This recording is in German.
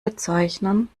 bezeichnen